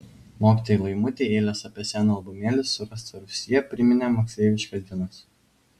mokytojai laimutei eilės apie seną albumėlį surastą rūsyje priminė moksleiviškas dienas